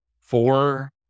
four